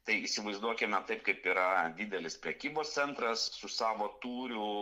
tai įsivaizduokime taip kaip yra didelis prekybos centras su savo tūriu